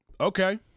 Okay